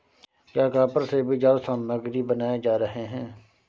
क्या कॉपर से भी जाल सामग्री बनाए जा रहे हैं?